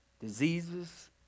diseases